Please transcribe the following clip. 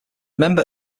member